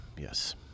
Yes